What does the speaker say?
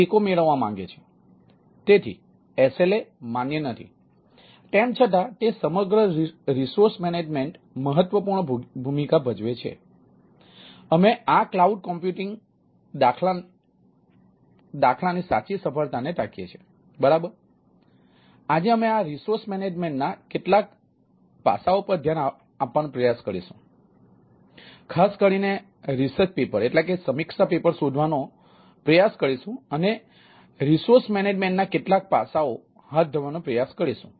તેથી આજે અમે આ રિસોર્સ મેનેજમેન્ટના કેટલાક પાસાઓ હાથ ધરવાનો પ્રયાસ કરીશું